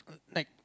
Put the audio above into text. like